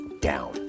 down